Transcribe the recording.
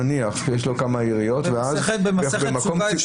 חבר הכנסת רוטמן, בבקשה.